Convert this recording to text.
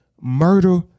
murder